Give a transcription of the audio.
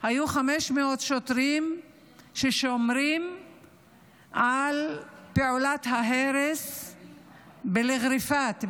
היו 500 שוטרים ששומרים על פעולת ההרס בגריפאת,